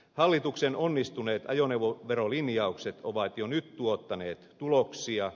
hallituksen onnistuneet ajoneuvoverolinjaukset ovat jo nyt tuottaneet tuloksia